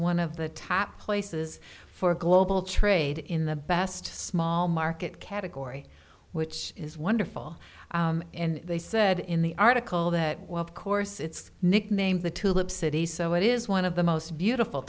one of the top places for global trade in the best small market category which is wonderful they said in the article that well course it's nicknamed the tulip cities so it is one of the most beautiful